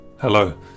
Hello